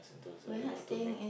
Sentosa you know to make